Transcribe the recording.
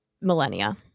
millennia